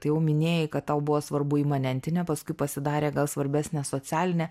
tai jau minėjai kad tau buvo svarbu imanentinė paskui pasidarė gal svarbesnė socialinė